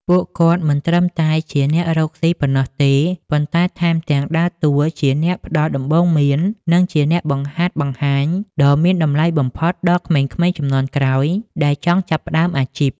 ពួកគាត់មិនត្រឹមតែជាអ្នករកស៊ីប៉ុណ្ណោះទេ ប៉ុន្តែថែមទាំងដើរតួជាអ្នកផ្ដល់ដំបូន្មាន និងជាអ្នកបង្ហាត់បង្ហាញ ដ៏មានតម្លៃបំផុតដល់ក្មេងៗជំនាន់ក្រោយដែលចង់ចាប់ផ្ដើមអាជីព។